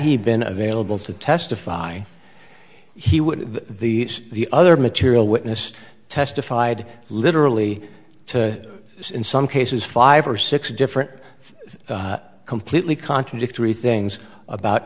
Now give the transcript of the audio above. he been available to testify he would the the other material witness testified literally in some cases five or six different completely contradictory things about